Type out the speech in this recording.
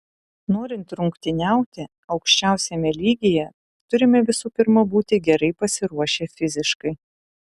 norint rungtyniauti aukščiausiame lygyje turime visų pirma būti gerai pasiruošę fiziškai